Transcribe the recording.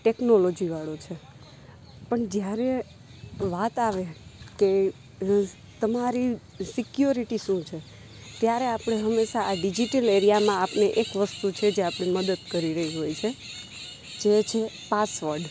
ટેક્નોલોજીવાળો છે પણ જ્યારે વાત આવે કે તમારી સિક્યોરિટી શું છે ત્યારે આપણે હંમેશાં આ ડિજિટલ એરિયામાં આપણે એક વસ્તુ છે જે આપણી મદદ કરી રહી હોય છે જે છે પાસવર્ડ